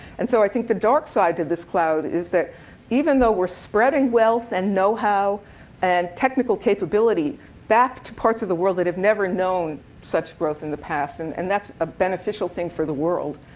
and so i think the dark side to this cloud is that even though we're spreading wealth and know-how and technical capability back to parts of the world that have never known such growth in the past and and that's a beneficial thing for the world.